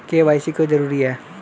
KYC क्यों जरूरी है?